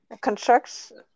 Construction